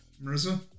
Marissa